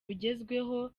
bigezweho